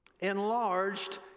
enlarged